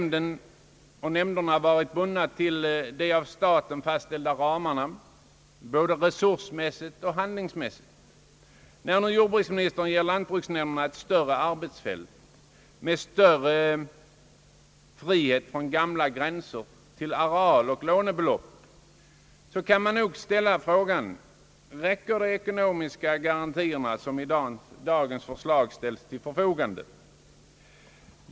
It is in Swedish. Lantbruksnämnderna har varit bundna till de av staten fastställda ramarna både resursmässigt och handlingsmässigt. När nu jordbruksministern givit lantbruksnämnderna ett större arbetsfält med större frihet från gamla gränser både i fråga om areal och lånebelopp, kan man ställa frågan: Räcker de ekonomiska garantier som i dagens förslag ställs till förfogande?